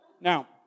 Now